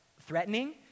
threatening